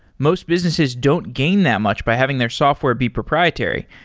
most businesses don't gain that much by having their software be proprietary.